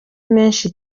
menshi